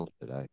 today